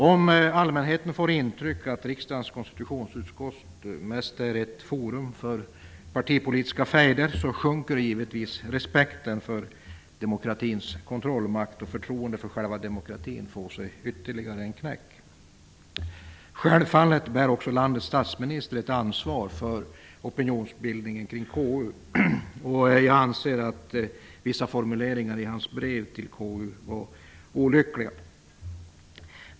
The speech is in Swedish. Om allmänheten får intrycket att riksdagens konstitutionsutskott mest är ett forum för partipolitiska fejder minskar givetvis respekten för demokratins kontrollmakt, och förtroendet för själva demokratin får sig ytterligare en knäck. Självfallet bär också landets statsminister ett ansvar för opinionsbildningen om KU. Jag anser att vissa formuleringar i hans brev till KU var olyckliga.